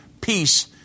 peace